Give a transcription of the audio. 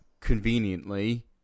conveniently